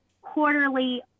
quarterly